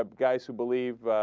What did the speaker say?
ah guys who believe